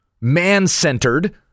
man-centered